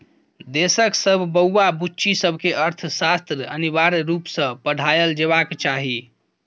देशक सब बौआ बुच्ची सबकेँ अर्थशास्त्र अनिवार्य रुप सँ पढ़ाएल जेबाक चाही